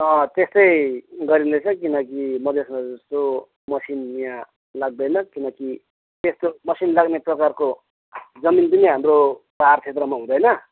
त्यस्तै गरिँदैछ किनकि मदेसमा जस्तो मेसिन यहाँ लाग्दैन किनकि यस्तो मेसिन लाग्ने प्रकारको जमिन पनि हाम्रो पहाड क्षेत्रमा हुँदैन